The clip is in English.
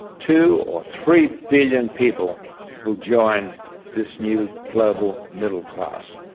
two or three billion people will join this new global middle class.